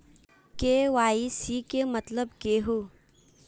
KYC के मतलब केहू?